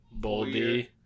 Boldy